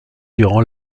durant